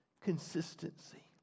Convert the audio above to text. Consistency